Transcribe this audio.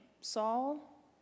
Saul